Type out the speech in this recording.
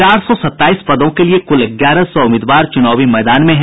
चार सौ सताईस पदों के लिये कुल ग्यारह सौ उम्मीदवार चुनावी मैदान में हैं